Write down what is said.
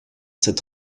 cette